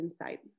insight